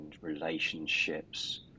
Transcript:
relationships